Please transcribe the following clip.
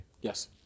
Yes